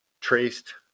traced